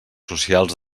socials